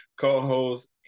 co-host